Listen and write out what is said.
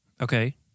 Okay